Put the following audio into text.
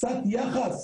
קצת יחס.